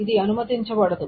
ఇది అనుమతించబడదు